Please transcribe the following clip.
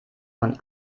von